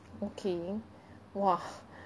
okay !wah!